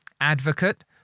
Advocate